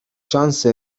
شانس